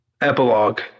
Epilogue